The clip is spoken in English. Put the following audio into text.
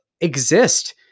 exist